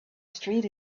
street